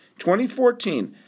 2014